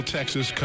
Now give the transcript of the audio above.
Texas